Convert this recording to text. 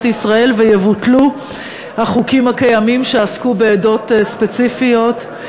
ישראל ויבוטלו החוקים הקיימים שעסקו בעדות ספציפיות,